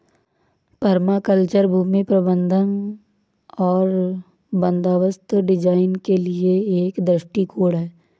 permaculture भूमि प्रबंधन और बंदोबस्त डिजाइन के लिए एक दृष्टिकोण है